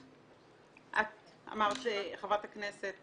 חברת הכנסת